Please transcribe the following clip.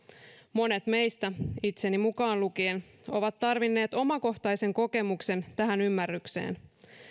monet meistä itseni mukaan lukien ovat tarvinneet omakohtaisen kokemuksen tähän ymmärrykseen